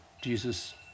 Jesus